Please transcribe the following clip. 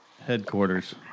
Headquarters